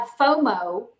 FOMO